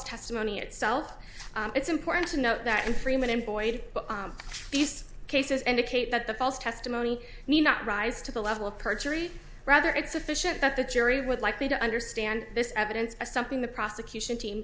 testimony itself it's important to note that in freeman and boyd these cases indicate that the false testimony may not rise to the level of perjury rather it's sufficient that the jury would like me to understand this evidence as something the prosecution team